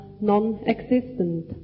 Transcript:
non-existent